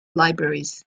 libraries